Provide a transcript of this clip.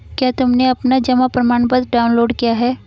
क्या तुमने अपना जमा प्रमाणपत्र डाउनलोड किया है?